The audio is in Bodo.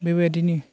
बेबायदिनि